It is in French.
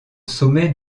sommet